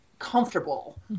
comfortable